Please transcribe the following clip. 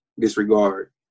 disregard